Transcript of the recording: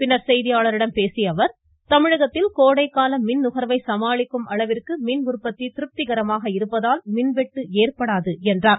பின்னர் செய்தியாளர்களிடம் பேசிய அவர் தமிழகத்தில் கோடை கால மின்நுகர்வை சமாளிக்கும் அளவிற்கு மின் உற்பத்தி திருப்திகரமாக இருப்பதால் கோடைகாலத்தில் மின்வெட்டு ஏற்படாது என்றார்